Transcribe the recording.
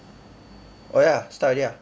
oh ya start already ah